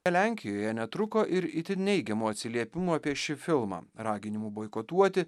lenkijoje netruko ir itin neigiamų atsiliepimų apie šį filmą raginimų boikotuoti